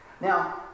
Now